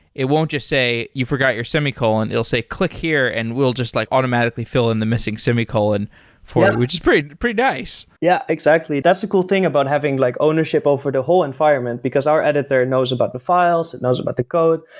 it won't just say you forgot your semicolon, it'll say click here and we'll just like automatically fill in the missing semicolon for it, which is pretty pretty nice yeah, exactly. that's the cool thing about having like ownership over the whole environment, because our editor knows about the files, it knows about the code,